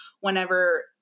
whenever